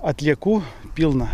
atliekų pilna